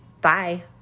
Bye